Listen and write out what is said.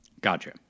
Gotcha